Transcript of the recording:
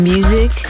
Music